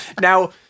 Now